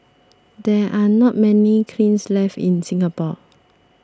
there are not many kilns left in Singapore